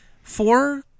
four